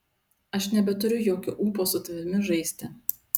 aš nebeturiu jokio ūpo su tavimi žaisti